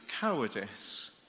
cowardice